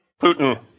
Putin